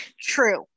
True